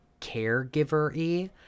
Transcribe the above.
caregiver-y